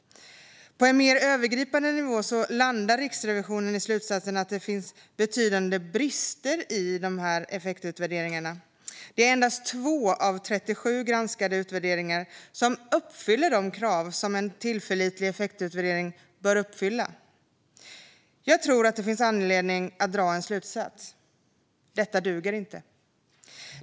På en mer övergripande nivå landar Riksrevisionen i slutsatsen att det finns betydande brister i effektutvärderingarna. Det är endast 2 av 37 granskade utvärderingar som uppfyller de krav som en tillförlitlig effektutvärdering bör uppfylla. Jag tror att det finns anledning att dra en slutsats: Detta duger inte.